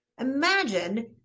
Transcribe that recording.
Imagine